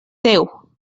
teu